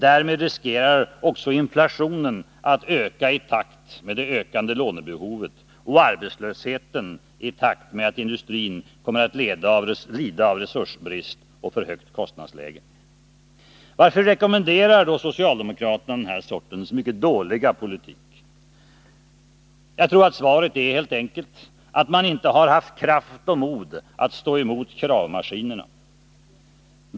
Därmed riskerar man också att inflationen ökar i takt med det ökande lånebehovet, och arbetslösheten i takt med att industrin kommer att lida av resursbrist och för högt kostnadsläge. Varför rekommenderar då socialdemokraterna den här sortens mycket dåliga politik? Jag tror att svaret är helt enkelt att man inte har haft kraft och mod att stå emot kravmaskinerna.